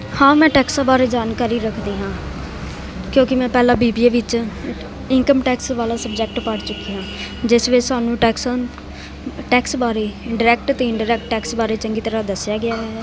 ਹਾਂ ਮੈਂ ਟੈਕਸ ਬਾਰੇ ਜਾਣਕਾਰੀ ਰੱਖਦੀ ਹਾਂ ਕਿਉਂਕਿ ਮੈਂ ਪਹਿਲਾਂ ਬੀ ਬੀ ਏ ਵਿੱਚ ਇਨਕਮ ਟੈਕਸ ਵਾਲਾ ਸਬਜੈਕਟ ਪੜ੍ਹ ਚੁੱਕੀ ਹਾਂ ਜਿਸ ਵਿੱਚ ਸਾਨੂੰ ਟੈਕਸਾ ਟੈਕਸ ਬਾਰੇ ਡਾਇਰੈਕਟ ਅਤੇ ਇਨਡਾਇਰੈਕਟ ਟੈਕਸ ਬਾਰੇ ਚੰਗੀ ਤਰ੍ਹਾਂ ਦੱਸਿਆ ਗਿਆ ਹੈ